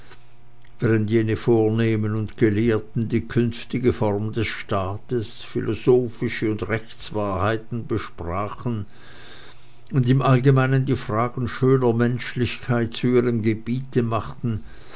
während jene vornehmen und gelehrten die künftige form des staates philosophische und rechtswahrheiten besprachen und im allgemeinen die fragen schönerer menschlichkeit zu ihrem gebiete machten